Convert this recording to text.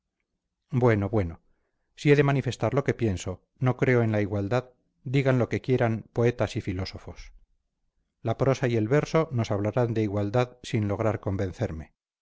bueno bueno si he de manifestar lo que pienso no creo en la igualdad digan lo que quieran poetas y filósofos la prosa y el verso nos hablarán de igualdad sin lograr convencerme